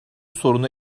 sorunu